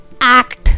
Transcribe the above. act